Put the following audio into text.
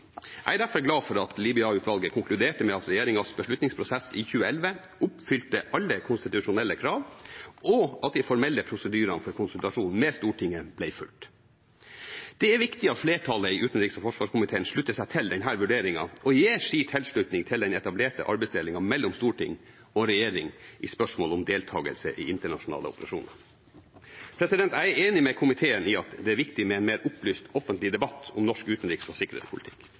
Jeg er derfor glad for at Libya-utvalget konkluderte med at regjeringens beslutningsprosess i 2011 oppfylte alle konstitusjonelle krav, og at de formelle prosedyrene for konsultasjon med Stortinget ble fulgt. Det er viktig at flertallet i utenriks- og forsvarskomiteen slutter seg til denne vurderingen og gir sin tilslutning til den etablerte arbeidsdelingen mellom storting og regjering i spørsmål om deltakelse i internasjonale operasjoner. Jeg er enig med komiteen i at det er viktig med en mer opplyst offentlig debatt om norsk utenriks- og sikkerhetspolitikk.